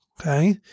okay